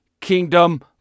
kingdom